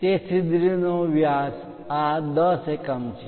તે છિદ્રનો વ્યાસ આ 10 એકમ છે